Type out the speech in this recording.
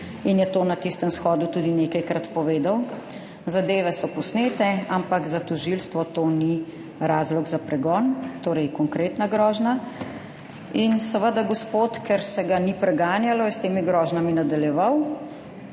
in je to na tistem shodu tudi nekajkrat povedal. Zadeve so posnete, ampak za tožilstvo to ni razlog za pregon, torej konkretna grožnja. Seveda je gospod, ker se ga ni preganjalo, s temi grožnjami nadaljeval.